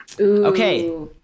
Okay